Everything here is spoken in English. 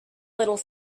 little